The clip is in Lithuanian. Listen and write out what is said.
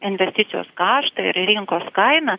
investicijos kaštai ir rinkos kaina